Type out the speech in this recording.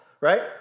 right